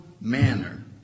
manner